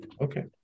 Okay